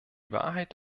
wahrheit